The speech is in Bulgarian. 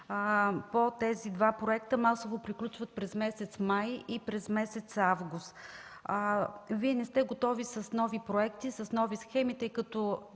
по тези два проекта масово приключват през месеците май и август. Вие не сте готови с нови проекти, с нови схеми, тъй като